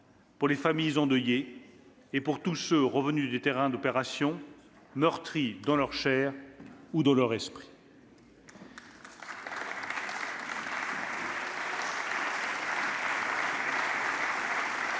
pour les familles endeuillées et pour tous ceux revenus des terrains d'opération meurtris dans leur chair ou dans leur esprit.